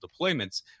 deployments